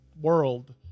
world